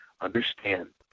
Understand